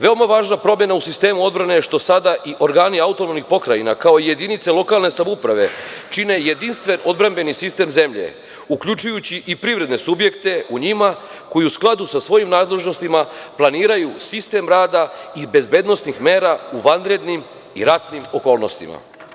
Veoma važna promena u sistemu odbrane je što sada i organi autonomnih pokrajina, kao i jedinice lokalne samouprave čine jedinstven odbrambeni sistem zemlje, uključujući i privredne subjekte u njima koji u skladu sa svojim nadležnostima planiraju sistem rada i bezbednosnih mera u vanrednim i ratnim okolnostima.